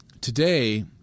Today